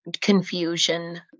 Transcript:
confusion